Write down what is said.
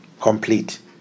complete